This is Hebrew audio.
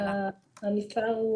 המספר הוא